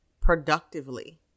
productively